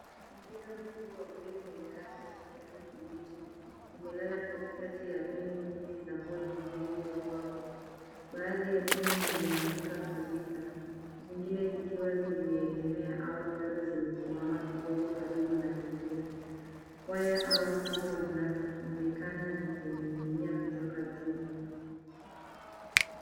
Mpira mkubwa wa bawling wenye rangi ya kijani kibichi umelala katikati ya pini nyingi za bawling zilizobwagwa. Baadhi ya pini zimeanguka kabisa, zingine zikiwa zimeegemea au baado zimesimama kidogo karibu na mpira. Waya au kamba zinaonekana zikining'inia kutoka juu.